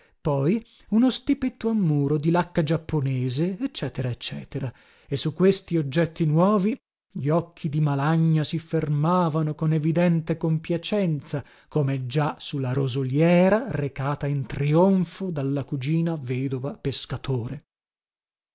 poi uno stipetto a muro di lacca giapponese ecc ecc e su questi oggetti nuovi gli occhi di malagna si fermavano con evidente compiacenza come già su la rosoliera recata in trionfo dalla cugina vedova pescatore